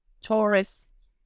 tourists